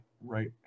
right